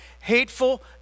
hateful